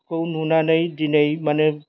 खौ नुनानै दिनै माने